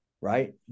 right